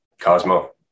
Cosmo